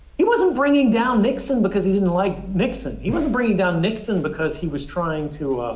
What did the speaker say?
he wasn't bringing down nixon because he didn't like nixon. he wasn't bringing down nixon because he was trying to